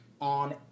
on